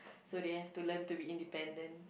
so they have to learn to be independent